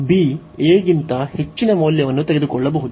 b aಗಿಂತ ಹೆಚ್ಚಿನ ಮೌಲ್ಯವನ್ನು ತೆಗೆದುಕೊಳ್ಳಬಹುದು